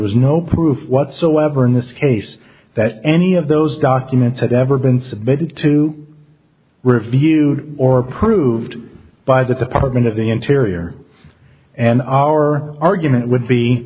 was no proof whatsoever in this case that any of those documents had ever been submitted to review or approved by the department of the interior and our argument would be